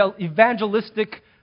evangelistic